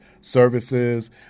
services